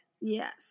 Yes